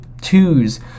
twos